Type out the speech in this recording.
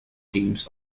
teams